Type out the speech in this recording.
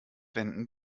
wenden